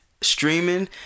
streaming